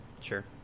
Sure